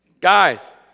Guys